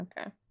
Okay